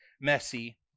messy